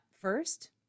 first